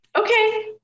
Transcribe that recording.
Okay